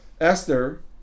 Esther